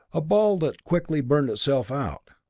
a ball that quickly burned itself out.